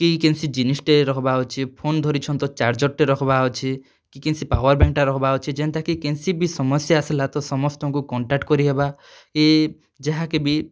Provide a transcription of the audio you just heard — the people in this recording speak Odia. କି କେନ୍ସି ଜିନିଷ୍ଟେ ରଖ୍ବାର୍ ଅଛେ ଫୋନ୍ ଧରିଛନ୍ ତ ଚାର୍ଜର୍ଟେ ରଖବାର୍ ଅଛେ କି କେନ୍ସି ପାୱାର୍ ବେଙ୍କ୍ ଟା ରଖ୍ବାର୍ ଅଛେ ଯେନ୍ଟାକି କେନ୍ସି ବି ସମସ୍ୟା ଆସ୍ଲା ତ ସମସ୍ତଙ୍କୁ କଣ୍ଟାକ୍ଟ୍ କରିହେବା କି ଯାହାକେ ଭି